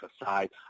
aside